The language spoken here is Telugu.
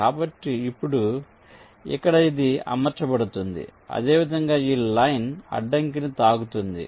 కాబట్టి ఇప్పుడు ఇక్కడ ఇది అమర్చ బడుతుంది అదేవిధంగా ఈ లైన్ అడ్డంకిని తాకుతోంది